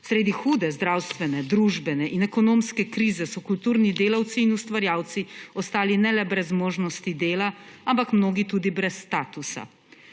Sredi hude zdravstvene, družbene in ekonomske krize so kulturni delavci in ustvarjalci ostali ne le brez možnosti dela, ampak mnogi tudi brez statusa.